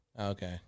Okay